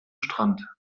strand